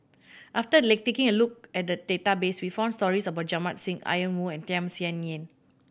after taking a look at the database we found stories about Jamit Singh Ian Woo and Tham Sien Yen